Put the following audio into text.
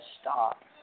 stop